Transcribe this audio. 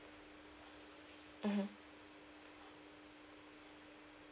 mmhmm